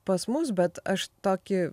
pas mus bet aš tokį